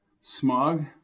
Smog